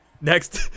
Next